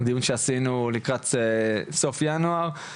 דיון שעשינו לקראת סוף ינואר.